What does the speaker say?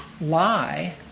lie